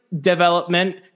development